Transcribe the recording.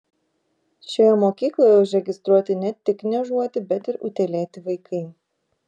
šioje mokykloje užregistruoti ne tik niežuoti bet ir utėlėti vaikai